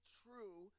true